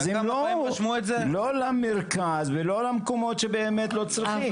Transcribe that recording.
אז הם אמרו לא למרכז ולא למקומות שבאמת לא צריכים.